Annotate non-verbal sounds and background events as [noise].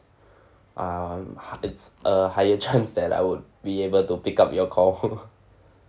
uh it's a higher chance that I would be able to pick up your call [laughs]